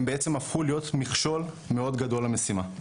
הם בעצם הפכו להיות מכשול מאוד גדול למשימה.